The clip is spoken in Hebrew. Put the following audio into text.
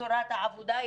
לצורת העבודה.